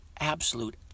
absolute